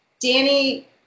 Danny